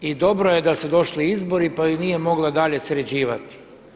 I dobro je da su došli izbori pa ju nije mogla dalje sređivati.